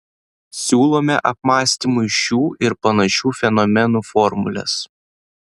siūlome apmąstymui šių ir panašių fenomenų formules